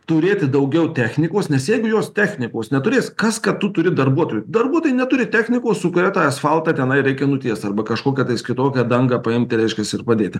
turėti daugiau technikos nes jeigu jos technikos neturės kas kad tu turi darbuotojų darbuotojai neturi technikos su kuria tą asfaltą tenai reikia nutiest arba kažkokią kitokią dangą paimti reiškias ir padėti